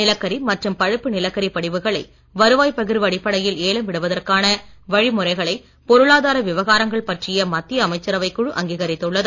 நிலக்கரி மற்றும் பழுப்பு நிலக்கரி படிவுகளை வருவாய் பகிர்வு அடிப்படையில் ஏலம் விடுவதற்கான வழிமுறைகளை பொருளாதார விவகாரங்கள் பற்றிய மத்திய அமைச்சரவைக் குழு அங்கீகரித்துள்ளது